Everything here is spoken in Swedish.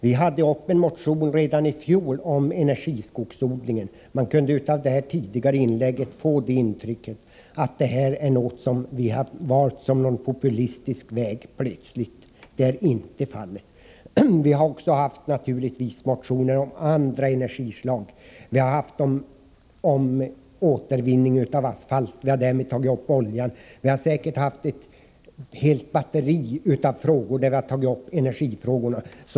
Vi hade en motion uppe till behandling redan i fjol om energiskogsodlingen. Man kunde av det tidigare inlägget få intrycket att detta är något som vi plötsligt valt som en populistisk väg. Det är inte fallet. Vi har naturligtvis också haft motioner om andra energislag. Vi har föreslagit återvinning av asfalt, och vi har tagit upp oljan. Vi har säkert haft ett helt batteri frågor där vi tagit upp energin.